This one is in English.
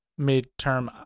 midterm